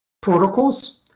protocols